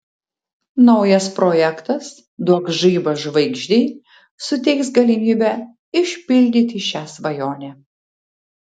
naujas projektas duok žaibą žvaigždei suteiks galimybę išpildyti šią svajonę